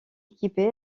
équipé